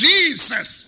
Jesus